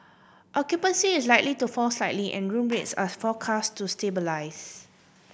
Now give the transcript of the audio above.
occupancy is likely to fall slightly and room rates are forecast to stabilise